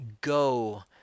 go